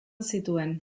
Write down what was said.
zituen